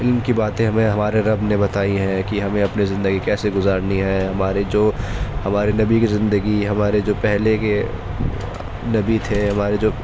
علم کی باتیں ہمیں ہمارے رب نے بتائی ہیں کہ ہمیں اپنی زندگی کیسے گزارنی ہے ہمارے جو ہمارے نبی کی زندگی ہمارے جو پہلے کے نبی تھے ہمارے جو